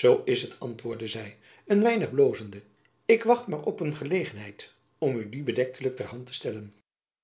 zoo is t antwoordde zy een weinig blozende ik wacht maar op een gelegenheid om u dien bedektelijk ter hand te stellen